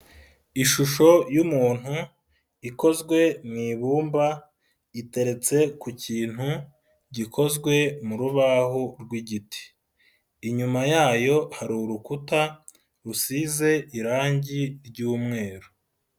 Ishusho y'umuntu ikozwe mu ibumba, iteretse ku kintu gikozwe mu rubaho rw'igiti. Inyuma yayo hari urukuta rusize irangi ry'umweru.